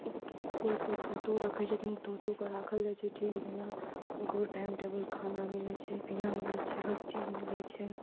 कोइ कोइ तोतो रखै छथिन तोतोके राखल जाइ छै ठीक जेना ओकरो टाइम टेबुल खाना मिलै छै पीना मिलै छै हर चीज मिलै छै